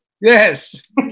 Yes